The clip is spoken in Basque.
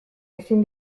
ezin